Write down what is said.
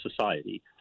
society